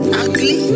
ugly